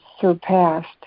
surpassed